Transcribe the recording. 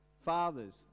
Fathers